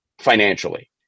financially